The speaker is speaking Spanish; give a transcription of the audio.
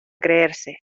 creerse